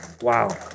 Wow